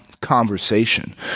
conversation